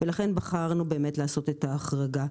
ולכן בחרנו לעשות את ההחרגה.